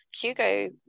Hugo